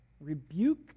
rebuke